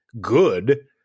good